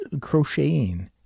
crocheting